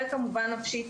וכמובן נפשית.